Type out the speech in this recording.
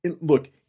look